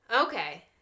Okay